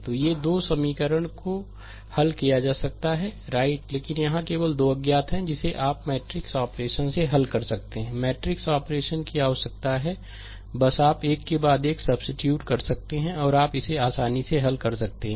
तो ये 2 समीकरण को हल किया जा सकता है राइट लेकिन यहां केवल 2 अज्ञात हैं जिसे आप मैट्रिक्स ऑपरेशन से हल कर सकते हैं मैट्रिक्स ऑपरेशन की आवश्यकता है बस आप एक के बाद एक सब्सीट्यूट कर सकते हैं और आप इसे आसानी से हल कर सकते हैं